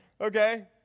Okay